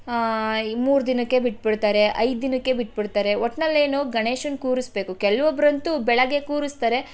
ಈ ಮೂರು ದಿನಕ್ಕೆ ಬಿಟ್ಟು ಬಿಡ್ತಾರೆ ಐದು ದಿನಕ್ಕೆ ಬಿಟ್ಟು ಬಿಡ್ತಾರೆ ಒಟ್ನಲ್ಲಿ ಏನು ಗಣೇಶನ್ನ ಕೂರಿಸಬೇಕು ಕೆಲವೊಬ್ಬ್ರರಂತು ಬೆಳಗ್ಗೆ ಕೂರಿಸ್ತಾರೆ